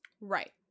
Right